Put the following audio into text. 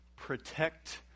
protect